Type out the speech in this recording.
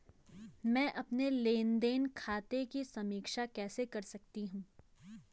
मैं अपने लेन देन खाते की समीक्षा कैसे कर सकती हूं?